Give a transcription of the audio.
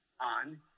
on